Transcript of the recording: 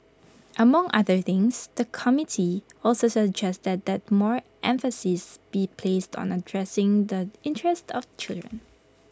among other things the committee also suggested that more emphasis be placed on addressing the interest of children